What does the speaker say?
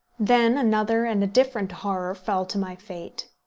then another and a different horror fell to my fate.